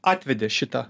atvedė šitą